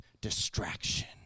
distraction